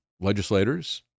Legislators